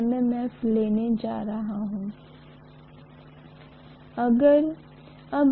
इसलिए मैं एक कोर लेने जा रहा हूं जो एक ट्रांसफॉर्मर कोर की तरह है